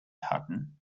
hatten